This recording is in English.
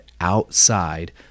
outside